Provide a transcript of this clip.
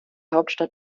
hauptstadt